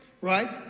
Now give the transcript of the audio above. right